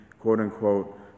quote-unquote